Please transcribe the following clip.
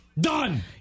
done